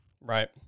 Right